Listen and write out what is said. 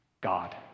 God